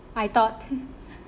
I thought